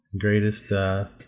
greatest